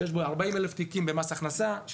שיש בו 40,000 תיקים במס הכנסה,